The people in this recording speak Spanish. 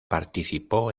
participó